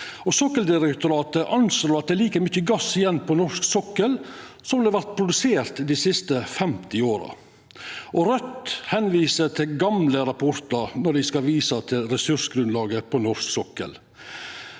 Sokkeldirektoratet anslår at det er like mykje gass igjen på norsk sokkel som det har vorte produsert dei siste 50 åra, og Raudt viser til gamle rapportar når dei skal visa til ressursgrunnlaget på norsk sokkel.